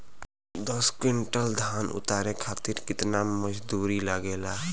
दस क्विंटल धान उतारे खातिर कितना मजदूरी लगे ला?